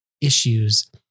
issues